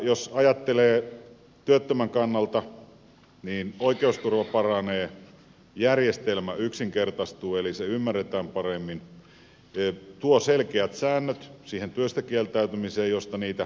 jos ajattelee työttömän kannalta niin oikeusturva paranee järjestelmä yksinkertaistuu eli se ymmärretään paremmin tuo selkeät säännöt siihen työstä kieltäytymiseen josta niitä karensseja sitten rapisee